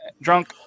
Drunk